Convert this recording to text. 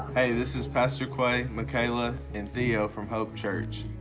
hey this is pastor qua, mikayla and theo from hope church.